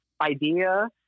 idea